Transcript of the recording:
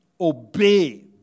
obey